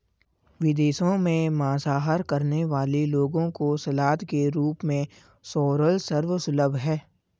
विदेशों में मांसाहार करने वाले लोगों को सलाद के रूप में सोरल सर्व सुलभ है